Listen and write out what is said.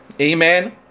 amen